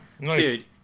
dude